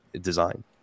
design